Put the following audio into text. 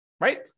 right